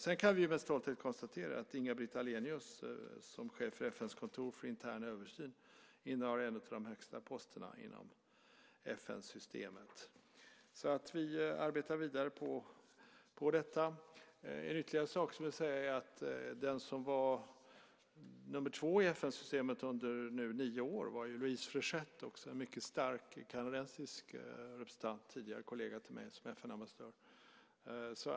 Sedan kan vi med stolthet konstatera att Inga-Britt Ahlenius, som chef för FN:s kontor för intern översyn, innehar en av de högsta posterna inom FN-systemet. Vi arbetar vidare på detta. Den som var nr 2 i FN-systemet under nio år var Louise Fréchette, också en mycket stark kanadensisk representant och tidigare kollega till mig som FN-ambassadör.